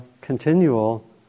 continual